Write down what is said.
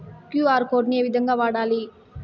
QR code ను ఏ విధంగా వాడాలి?